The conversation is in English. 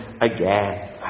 again